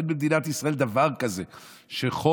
אין במדינת ישראל דבר כזה שחוב,